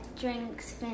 drinks